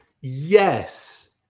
Yes